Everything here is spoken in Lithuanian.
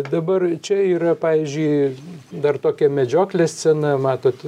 dabar čia yra pavyzdžiui dar tokia medžioklės scena matot